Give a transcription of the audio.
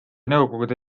nõukogude